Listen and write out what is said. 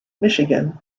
michigan